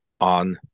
on